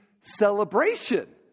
celebration